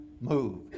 move